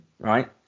right